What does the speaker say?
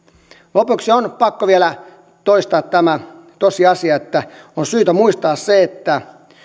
lopuksi on pakko vielä toistaa tämä tosiasia että on syytä muistaa se että